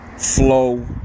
Flow